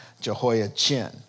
Jehoiachin